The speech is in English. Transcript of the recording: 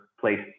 place